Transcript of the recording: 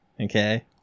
Okay